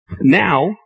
Now